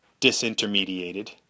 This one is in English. disintermediated